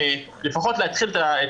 הוא נמצא בתחנה הנכונה,